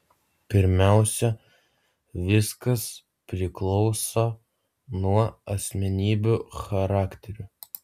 pirmiausia viskas priklauso nuo asmenybių charakterių